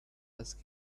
ask